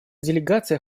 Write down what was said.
делегация